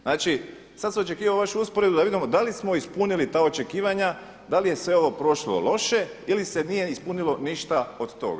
Znači sad sam očekivao vašu usporedbu da vidimo da li smo ispunili ta očekivanja, da li je sve ovo prošlo loše ili se nije ispunilo ništa od toga.